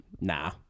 nah